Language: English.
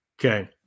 Okay